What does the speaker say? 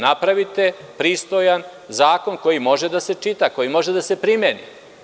Napravite pristojan zakon koji može sa se čita, koji može da se primeni.